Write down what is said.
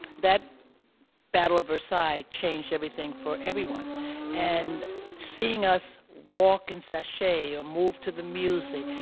that battle of versailles change everything for everyone and seeing us walk and sashay or move to the music.